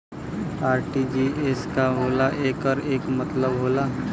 RTGS का होला एकर का मतलब होला?